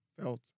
felt